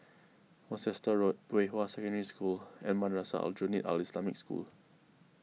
Worcester Road Pei Hwa Secondary School and Madrasah Aljunied Al Islamic School